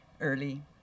early